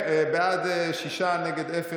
בעד, שישה, אין מתנגדים,